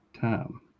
time